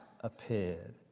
appeared